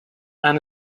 and